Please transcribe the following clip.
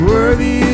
Worthy